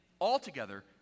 altogether